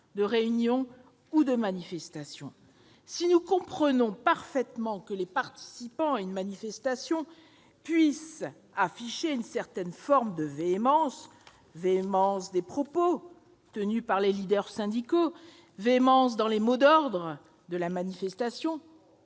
de réunion ou de manifestation. Si nous comprenons parfaitement que les participants à une manifestation puissent afficher une certaine forme de véhémence- véhémence des propos tenus par les leaders syndicaux, véhémence dans les mots d'ordre de la manifestation